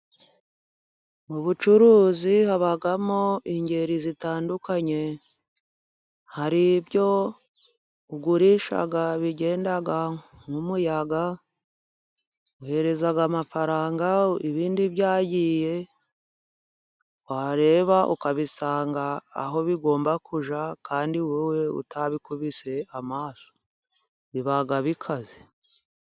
Mu bucuruzi habamo ingeri zitandukanye hari ibyo ugurisha bigenda nk' umuyaga, uhereza amafaranga ibindi byagiye , wareba ukabisanga aho bigomba kujya kandi wowe utabikubise amaso biba bikaze.